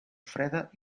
freda